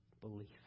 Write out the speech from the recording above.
belief